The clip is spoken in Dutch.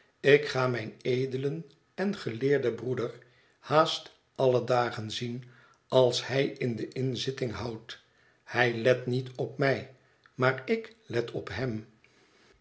ik ga mijn edelen en geleerden broeder haast alle dagen zien als hij in de i n n zitting houdt hij let niet op mij maar ik let op hem